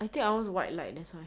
I think our white like that's why